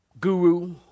guru